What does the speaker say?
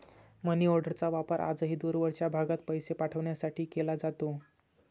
मनीऑर्डरचा वापर आजही दूरवरच्या भागात पैसे पाठवण्यासाठी केला जातो